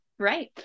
Right